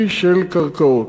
אפקטיבי, של קרקעות.